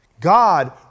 God